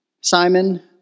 Simon